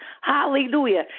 Hallelujah